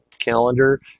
calendar